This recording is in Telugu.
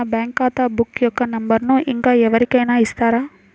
నా బ్యాంక్ ఖాతా బుక్ యొక్క నంబరును ఇంకా ఎవరి కైనా ఇస్తారా?